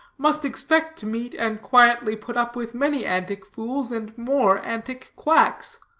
must expect to meet, and quietly put up with, many antic fools, and more antic quacks.